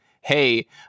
hey